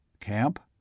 Camp